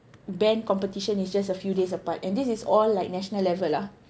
band competition is just a few days apart and this is all like national level ah